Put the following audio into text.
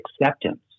acceptance